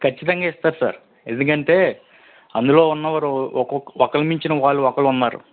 ఖచ్చితంగా ఇస్తారు సార్ ఎందుకంటే అందులో ఉన్న వారు ఒక్కొక ఒకళ్ళను మించిన వాళ్ళు ఒకళ్ళున్నారు